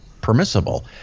permissible